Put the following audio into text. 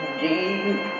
deep